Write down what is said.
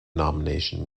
nomination